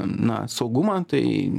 na saugumą tai